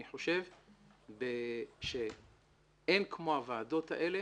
אני חושב שאין כמו הוועדות האלה